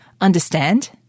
Understand